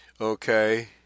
Okay